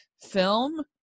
film